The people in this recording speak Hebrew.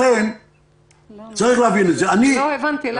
לא הבנתי למה.